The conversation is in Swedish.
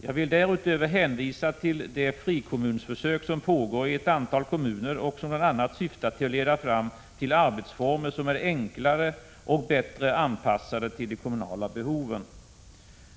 Jag vill därutöver hänvisa till det frikommunförsök som pågår i ett antal kommuner och som bl.a. syftar till att leda fram till arbetsformer som är enklare och bättre anpassade till de kommunala behoven.